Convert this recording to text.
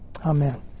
amen